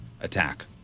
attack